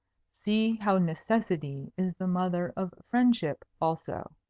see how necessity is the mother of friendship, also.